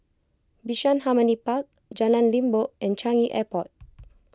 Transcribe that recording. Bishan Harmony Park Jalan Limbok and Changi Airport